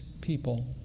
people